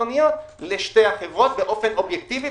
אוניות לשתי החברות באופן אובייקטיבי,